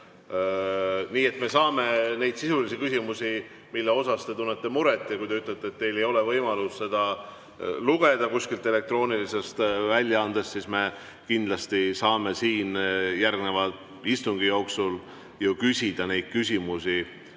Nii et me saame neid sisulisi küsimusi, mille suhtes te tunnete muret[, arutada]. Kui te ütlete, et teil ei ole võimalust seda kuskilt elektroonilisest väljaandest lugeda, siis me kindlasti saame siin järgnevalt istungi jooksul ju küsida neid küsimusi,